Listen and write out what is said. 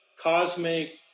cosmic